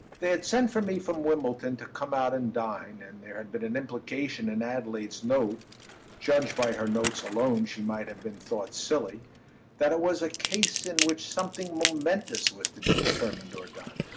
they had sent for me from wimbledon to come out and dine, and there had been an implication in adelaide's note judged by her notes alone she might have been thought silly that it was a case in which something momentous was to be determined or done.